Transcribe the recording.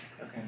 Okay